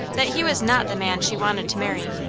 that he was not the man she wanted to marry.